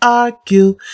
argue